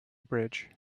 bridge